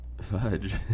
Fudge